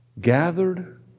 Gathered